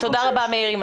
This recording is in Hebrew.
תודה רבה מאיר.